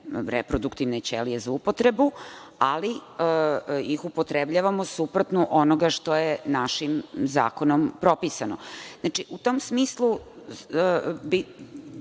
reproduktivne ćelije za upotrebu, ali ih upotrebljavamo suprotno od onoga što je našim zakonom propisano. U tom smislu,